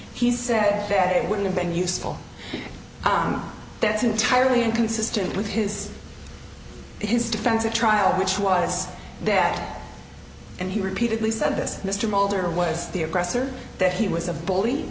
he said it wouldn't have been useful that's entirely inconsistent with his his defense at trial which was that and he repeatedly said this mr molder was the aggressor that he was a bully